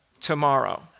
tomorrow